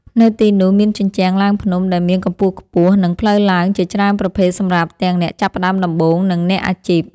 នៅទីនោះមានជញ្ជាំងឡើងភ្នំដែលមានកម្ពស់ខ្ពស់ និងផ្លូវឡើងជាច្រើនប្រភេទសម្រាប់ទាំងអ្នកចាប់ផ្ដើមដំបូង និងអ្នកអាជីព។